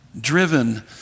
driven